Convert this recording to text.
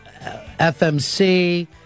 FMC